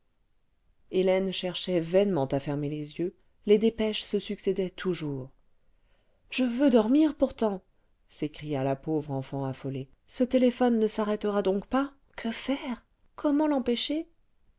hélène cherchait vainement à fermer les yeux les dépêches se succédaient toujours je veux dormir pourtant s'écria la pauvre enfant affolée ce téléphone ne s'arrêtera donc pas que faire comment l'empêcher